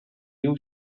you